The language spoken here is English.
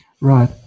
Right